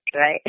right